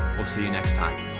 we'll see you next time.